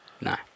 No